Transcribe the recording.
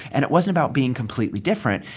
and it wasn't about being completely different.